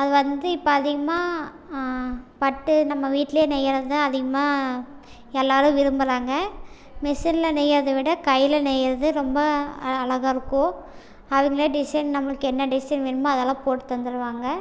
அது வந்து இப்போ அதிகமாக பட்டு நம்ம வீட்டில் நெய்யிறதுதான் அதிகமாக எல்லோரும் விரும்பறாங்க மிஷினில் நெய்யறதை விட கையில் நெய்யறது ரொம்ப அ அழகாக இருக்கும் அவங்களே டிசைன் நம்மளுக்கு என்ன டிசைன் வேணுமோ அதெல்லாம் போட்டு தந்திருவாங்க